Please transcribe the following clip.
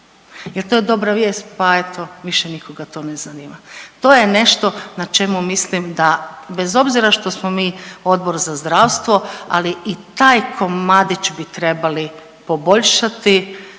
jer to je dobra vijest, pa eto više nikoga to ne zanima. To je nešto na čemu mislim da bez obzira što smo mi Odbor za zdravstvo, ali i taj komadić bi trebali poboljšati